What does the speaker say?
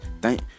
Thank